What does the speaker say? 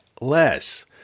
less